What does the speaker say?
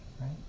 Right